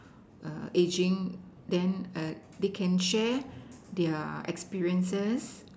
err aging then err they can share their experiences